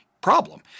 problem